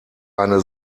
eine